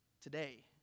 today